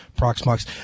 Proxmox